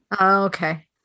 Okay